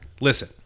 listen